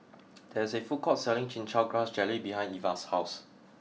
there is a food court selling Chin Chow Grass Jelly behind Eva's house